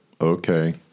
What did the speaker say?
okay